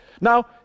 Now